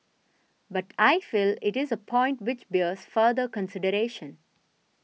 but I feel it is a point which bears further consideration